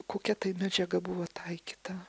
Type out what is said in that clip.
kokia tai medžiaga buvo taikyta